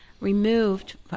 removed